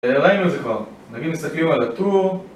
ראינו את זה כבר, נגיד מסתכלים על הטור...